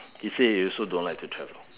he say he also don't like to travel